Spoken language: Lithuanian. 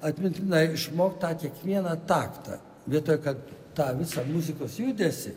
atmintinai išmok tą kiekvieną taktą vietoj kad tą visą muzikos judesį